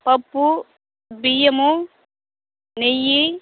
పప్పు బియ్యం నెయ్యి